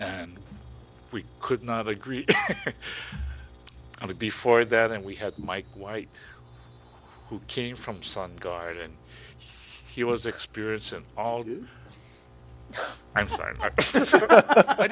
and we could not agree on a before that and we had mike white who came from sun guide and he was experiencing all the i'm sorry i